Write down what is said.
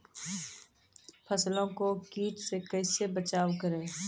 फसलों को कीट से कैसे बचाव करें?